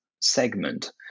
segment